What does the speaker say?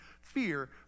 fear